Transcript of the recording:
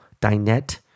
dinette